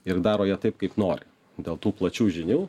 ir daro ją taip kaip nori dėl tų plačių žinių